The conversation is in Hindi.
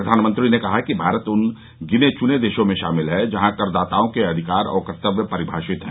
प्रधानमंत्री ने कहा कि भारत उन गिने चुने देशों में शामिल है जहां कर दाताओं के अविकार और कर्तव्य परिभाषित हैं